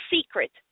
secret